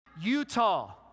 Utah